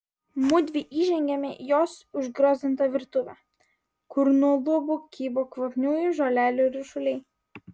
mudvi įžengiame į jos užgriozdintą virtuvę kur nuo lubų kybo kvapniųjų žolelių ryšuliai